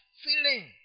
feeling